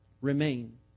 remain